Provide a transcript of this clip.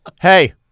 Hey